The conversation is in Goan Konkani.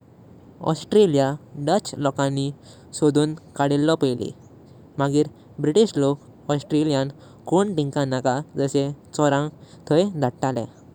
ऑस्ट्रेलिया डच लोकांनी सोडून काढलॊ पयल्ली। मगिर ब्रिटीश लोक ऑस्ट्रेलिया कों तीनका नका जाशें चोरांग थाईं ददतले।